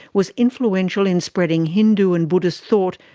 was influential in spreading hindu and buddhist thought,